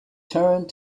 turned